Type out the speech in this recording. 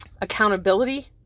accountability